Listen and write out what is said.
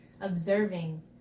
observing